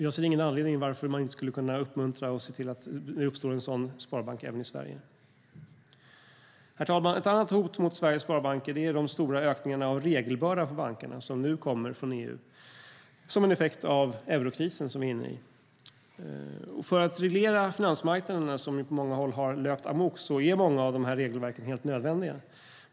Jag ser ingen anledning till att man inte skulle kunna uppmuntra och se till att det uppstår en sådan sparbank även i Sverige. Herr talman! Ett annat hot mot Sveriges sparbanker är den stora ökningen av regelbördan för bankerna som nu kommer från EU som en effekt av den eurokris vi är inne i. För att reglera finansmarknaderna som på många håll har löpt amok är många av de här regelverken helt nödvändiga.